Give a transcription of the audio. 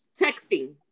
texting